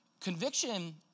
Conviction